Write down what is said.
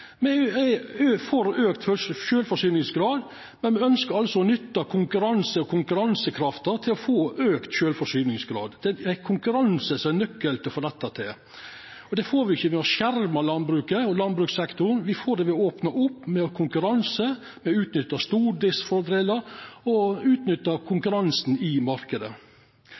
Me er for auka sjølvforsyningsgrad, men me ønskjer å nytta konkurransen og konkurransekrafta til å få auka sjølvforsyningsgrad. Det er konkurranse som er nøkkelen til å få dette til. Det får me ikkje ved å skjerma landbruket og landbrukssektoren, me får det ved å opna opp, med konkurranse, ved å utnytta stordriftsfordelar og ved å utnytta konkurransen i